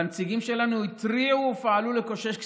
והנציגים שלנו התריעו ופעלו לקושש כספים,